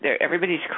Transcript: everybody's